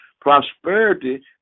Prosperity